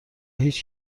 هیچ